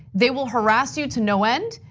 they will harass you to no end.